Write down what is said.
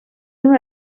una